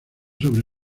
sobre